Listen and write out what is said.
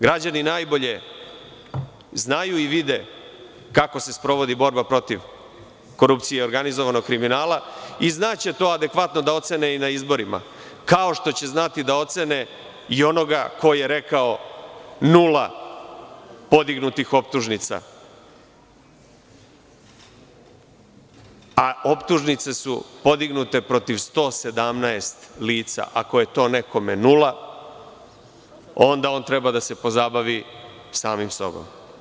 Građani najbolje znaju i vide kako se sprovodi borba protiv korupcije i organizovanog kriminala i znače to adekvatno da ocene i na izborima, kao što će znati da ocene i onoga koji je rekao nula podignutih optužnica, a optužnice su podignute protiv 117 lica, ako je to nekome nula onda on treba da se pozabavi samim sobom.